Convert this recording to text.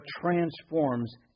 transforms